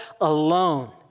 alone